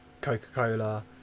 coca-cola